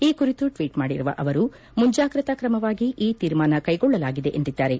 ಈ ಕುರಿತು ಟ್ವೀಟ್ ಮಾಡಿರುವ ಅವರು ಮುಂಜಾಗ್ರತಾ ಕ್ರಮವಾಗಿ ಈ ತೀರ್ಮಾನ ಕ್ವೆಗೊಳ್ಳಲಾಗಿದೆ ಎಂದಿದ್ದಾರೆ